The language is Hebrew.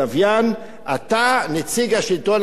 אתה נציג השלטון המקומי במועצה.